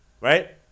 right